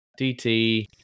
DT